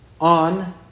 on